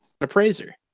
appraiser